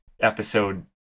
episode